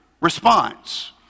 response